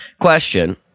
Question